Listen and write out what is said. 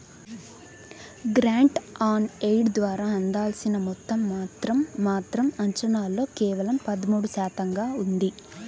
grant in aid ద్వారా అందాల్సిన మొత్తం మాత్రం మాత్రం అంచనాల్లో కేవలం పదమూడు శాతంగా ఉంది